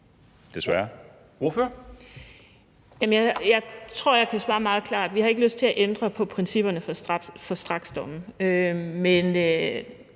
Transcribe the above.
Dehnhardt (SF): Jeg tror, jeg kan svare meget klart: Vi har ikke lyst til at ændre på principperne for straksdomme, men